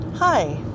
Hi